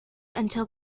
until